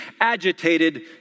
agitated